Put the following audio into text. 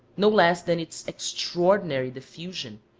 no less than its extraordinary diffusion,